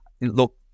Look